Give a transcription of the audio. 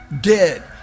dead